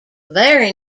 very